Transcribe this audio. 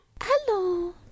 Hello